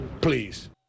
please